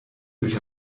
durch